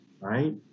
right